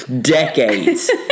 decades